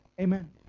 Amen